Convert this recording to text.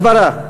הסברה.